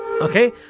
okay